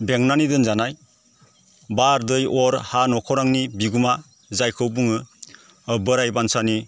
बेंनानै दोनजानाय बार दै अर हा नखोरांनि बिगोमा जायखौ बुङो बोराइ बान्सानि